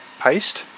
paste